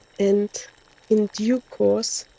and in due course,